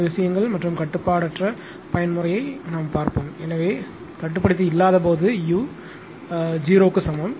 இந்த விஷயங்கள் மற்றும் கட்டுப்பாடற்ற பயன்முறையைப் பார்ப்போம் எனவே கட்டுப்படுத்தி இல்லாதபோது u 0 க்கு சமம்